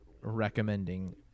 recommending